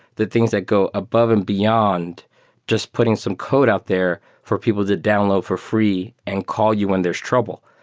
the things that go above and beyond just putting some code out there for people to download for free and call you when there's trouble.